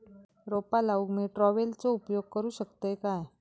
रोपा लाऊक मी ट्रावेलचो उपयोग करू शकतय काय?